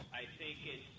i think it's